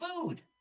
food